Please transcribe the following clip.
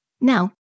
Now